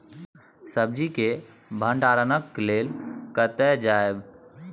सब्जी के भंडारणक लेल कतय जायब?